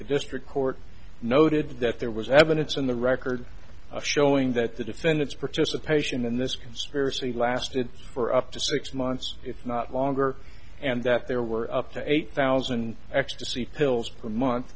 district court noted that there was evidence in the record showing that the defendant's participation in this conspiracy lasted for up to six months if not longer and that there were up to eight thousand ecstasy pills per month